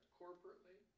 corporately